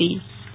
Nehal Thakkar